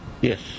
Yes